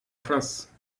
france